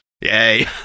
Yay